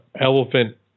elephant